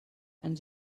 and